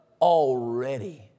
already